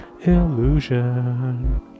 illusion